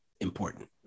important